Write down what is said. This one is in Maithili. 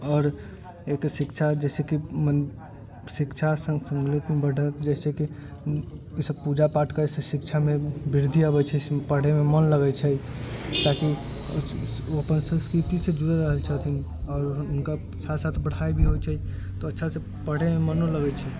आओर एहिके शिक्षा जइसेकि शिक्षा जइसेकि ईसब पूजा पाठके करैसँ शिक्षामे वृद्धि आबै छै पढ़ैमे मन लगै छै कियाकि ओ अपन संस्कृतिसँ जुड़ल रहै छथिन आओर हुनका साथ साथ पढ़ाइ भी होइ छै तऽ अच्छासँ पढ़ैमे मनो लगै छै